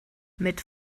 mit